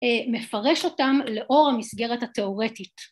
אה ‫מפרש אותם לאור המסגרת התיאורטית.